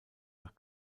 nach